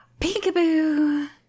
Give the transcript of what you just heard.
Peekaboo